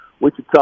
Wichita